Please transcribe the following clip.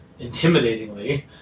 intimidatingly